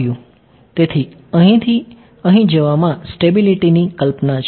તેથી અહીંથી અહીં જવામાં સ્ટેબિલિટીની કલ્પના છે